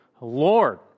Lord